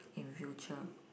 in future